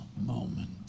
moment